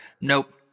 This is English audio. Nope